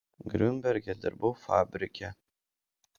griunberge dirbau fabrike